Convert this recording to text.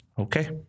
okay